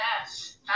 Yes